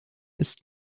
ist